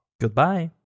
Goodbye